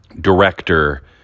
Director